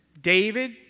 David